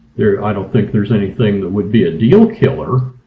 there i don't think there's anything that would be a deal killer,